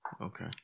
okay